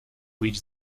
which